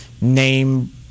name